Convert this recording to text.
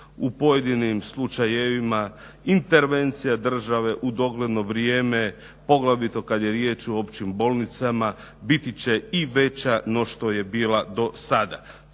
u pojedinim slučajevima intervencija države u dogledno vrijeme poglavito kada je riječ o općim bolnicama biti će i veća no što je bila do sada.